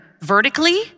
vertically